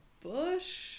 bush